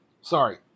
sorry